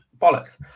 bollocks